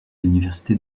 l’université